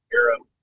Europe